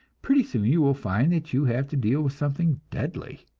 pretty soon you will find that you have to deal with something deadly.